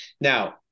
Now